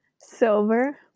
Silver